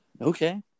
Okay